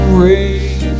rain